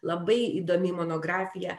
labai įdomi monografija